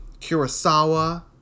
Kurosawa